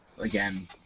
again